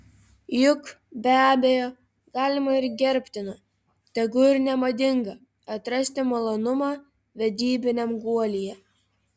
juk be abejo galima ir gerbtina tegu ir nemadinga atrasti malonumą vedybiniam guolyje